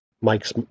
Mike's